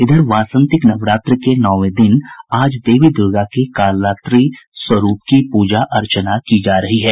इधर वासंतिक नवरात्र के नौवें दिन आज देवी दुर्गा के कालरात्रि स्वरूप की पूजा अर्चना की जा रही है